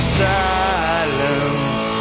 silence